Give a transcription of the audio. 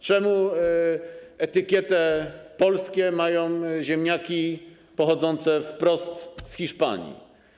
Czemu etykietę: polskie mają ziemniaki pochodzące wprost z Hiszpanii?